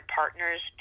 partners